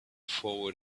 forward